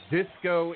Disco